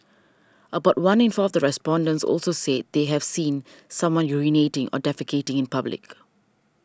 about one in four of the respondents also said they have seen someone urinating or defecating in public